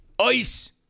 Ice